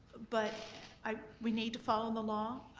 but we need to follow the law.